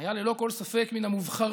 היה ללא כל ספק מן המובחרים